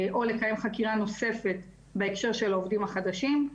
או לקיים חקירה נוספת בהקשר של העובדים החדשים.